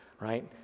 Right